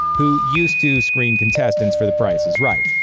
who used to screen contestants for the price is right.